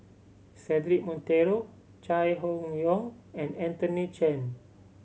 Cedric Monteiro Chai Hon Yoong and Anthony Chen